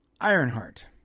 Ironheart